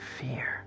Fear